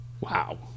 Wow